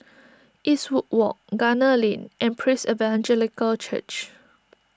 Eastwood Walk Gunner Lane and Praise Evangelical Church